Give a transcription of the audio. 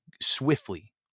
swiftly